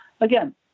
again